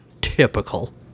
Typical